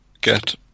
get